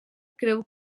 creu